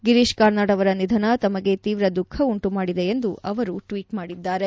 ಗಿರೀಶ್ ಕಾರ್ನಾಡ್ ಅವರ ನಿಧನ ತಮಗೆ ತೀವ್ರ ದುಖ ಉಂಟುಮಾಡಿದೆ ಎಂದು ಅವರು ಟ್ವೀಟ್ ಮಾಡಿದ್ದಾರೆ